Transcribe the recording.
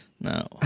No